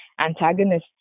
antagonists